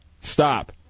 Stop